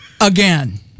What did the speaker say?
again